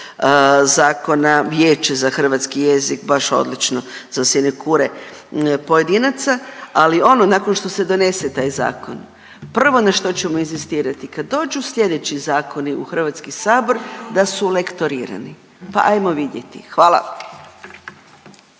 zakona Vijeće za hrvatski jezik, baš odlično za sinekure pojedinaca, ali ono nakon što se donese taj zakon prvo na što ćemo inzistirati kad dođu slijedeći zakoni u HS da su lektorirani, pa ajmo vidjeti, hvala.